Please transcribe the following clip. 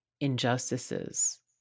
injustices